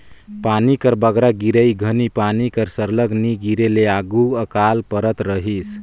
पानी कर बगरा गिरई घनी पानी कर सरलग नी गिरे ले आघु अकाल परत रहिस